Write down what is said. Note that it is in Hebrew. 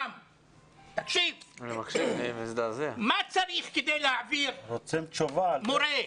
מה צריך כדי להעביר מורה?